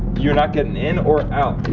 you're not getting in or out.